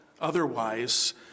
otherwise